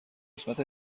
قسمت